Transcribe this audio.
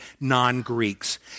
non-Greeks